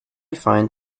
find